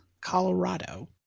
Colorado